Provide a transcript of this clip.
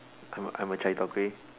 I'm a I'm a Chai-Tow-Kway